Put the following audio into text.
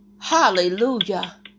Hallelujah